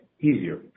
easier